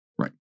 right